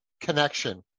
connection